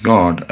God